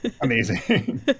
amazing